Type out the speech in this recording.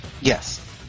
Yes